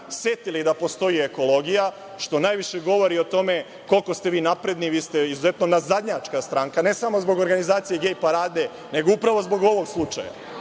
setili da postoji ekologija, što najviše govori o tome koliko ste vi napredni. Vi ste izuzetno nazadnjačka stranka, ne samo zbog organizacije gej parade, nego upravo zbog ovog slučaja